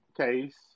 case